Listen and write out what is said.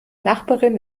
nachbarin